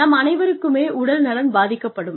நம் அனைவருக்குமே உடல் நலன் பாதிக்கப்படும்